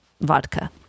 vodka